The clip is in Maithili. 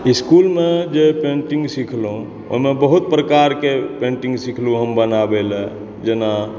इसकुलमे जे पेंटिंग सीखलहुॅं ओहिमे बहुत प्रकार के पेंटिंग सीखलहुॅं हम बनाबै लए जेना